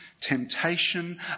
temptation